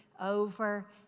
over